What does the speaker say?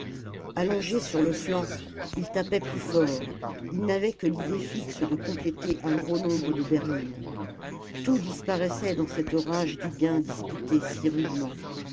allongés sur le flanc ils tapaient plus fort ils n'avaient que l'idée fixe de compléter un gros nombre de berlines tout disparaissait dans cette rage du gain disputé si rudement